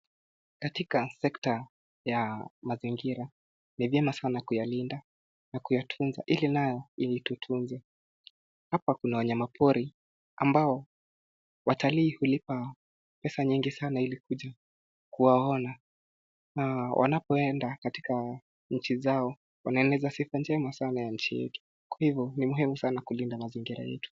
Katika sekta ya mazingira ni vyema sana kuyalinda na kuyatunza ilinayo itutunze. Hapa kuna wanyama pori ambao watalii hulipa pesa nyingi sana ilikuja kuwaona na wanapoenda katika nchi zao, wanaeleza sifa njema sana ya nchi yetu. Kwa hivo, ni muhimu sana kulinda mazingira yetu.